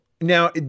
Now